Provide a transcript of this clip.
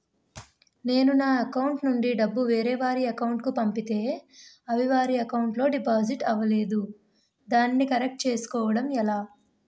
నేను నా అకౌంట్ నుండి డబ్బు వేరే వారి అకౌంట్ కు పంపితే అవి వారి అకౌంట్ లొ డిపాజిట్ అవలేదు దానిని కరెక్ట్ చేసుకోవడం ఎలా?